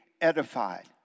edified